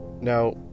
Now